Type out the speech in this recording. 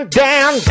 down